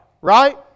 right